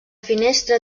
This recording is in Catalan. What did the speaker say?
finestra